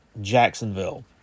Jacksonville